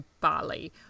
Bali